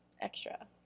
extra